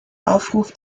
aufruf